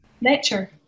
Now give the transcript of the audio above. Nature